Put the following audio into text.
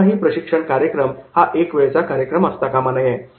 कोणताही प्रशिक्षण कार्यक्रम हा एक वेळेचा कार्यक्रम असता कामा नये